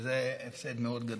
וזה הפסד מאוד גדול.